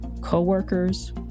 coworkers